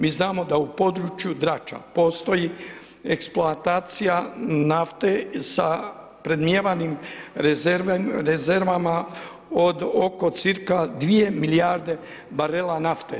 Mi znamo da u području Drača postoji eksploatacija nafte sa predmijevanim rezervama od oko cirka 2 milijarde barela nafte.